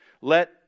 Let